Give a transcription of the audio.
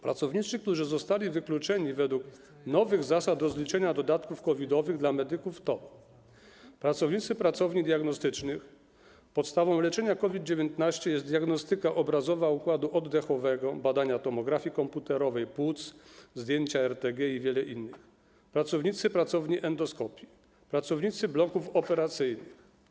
Pracownicy, którzy zostali wykluczeni według nowych zasad rozliczenia dodatków COVID-owych dla medyków, to: pracownicy pracowni diagnostycznych - podstawą leczenia COVID-19 jest diagnostyka obrazowa układu oddechowego: badanie tomografii komputerowej płuc, zdjęcia RTG i wiele innych - pracownicy pracowni endoskopii i pracownicy bloków operacyjnych.